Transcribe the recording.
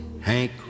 Hank